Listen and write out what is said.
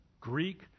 Greek